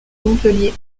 montpellier